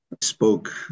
spoke